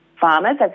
farmers